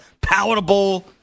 palatable